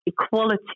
equality